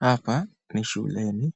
Hapa ni shuleni